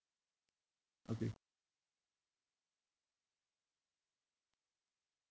okay